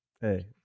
Hey